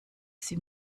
sie